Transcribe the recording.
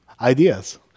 ideas